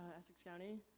essex county.